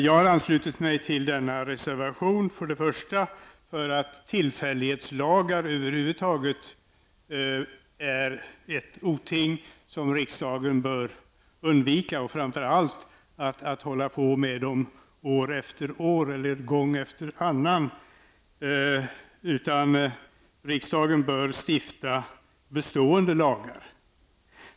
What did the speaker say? Jag har anslutit mig till denna reservation för det första därför att tillfällighetslagar över huvud taget är ett oting som riksdagen bör undvika, och framför allt inte hålla på med år efter år eller gång efter annan. Riksdagen bör i stället stifta bestående lagar.